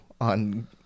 on